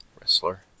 Wrestler